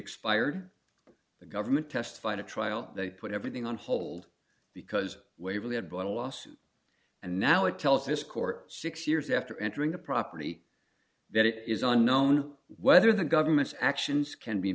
expired the government testified to trial they put everything on hold because waverly had brought a lawsuit and now it tells this court six years after entering the property that it is unknown whether the government's actions can be